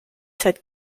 cette